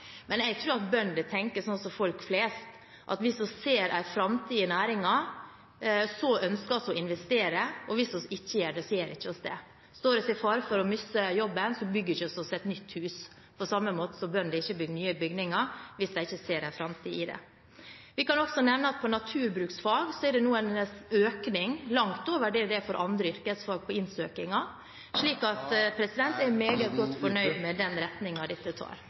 Men jeg tror at bønder tenker som folk flest: Hvis en ser en framtid i næringen, ønsker en å investere – hvis en ikke gjør det, gjør en ikke det. Står en i fare for å miste jobben, bygger en seg ikke et nytt hus – på samme måten som at bønder ikke bygger nye bygninger hvis de ikke ser en framtid i næringen. Vi kan også nevne at når det gjelder naturbruksfag, er det nå en økning i søkningen dit – langt over det det er for andre yrkesfag. Så jeg er meget godt fornøyd med den retningen dette tar.